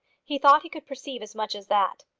he thought he could perceive as much as that.